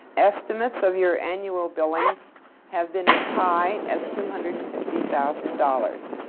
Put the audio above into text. estimates of your annual billings have been as high as two hundred and fifty thousand dollars.